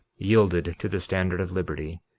yielded to the standard of liberty,